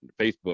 facebook